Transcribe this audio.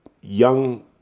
young